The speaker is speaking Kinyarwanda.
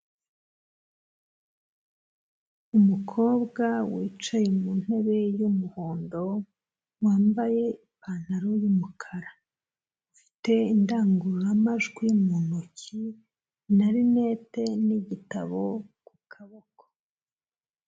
Umukobwa wicaye mu ntebe y'umuhondo wambaye ipantaro y'umukara ufite indangururamajwi mu ntoki na linete n'igitabo ku kaboko.